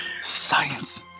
Science